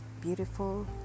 beautiful